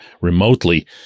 remotely